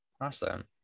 Awesome